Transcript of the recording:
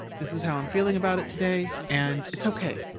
this is how i'm feeling about it today. and it's ok.